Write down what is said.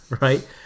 right